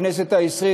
הכנסת העשרים,